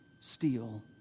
steal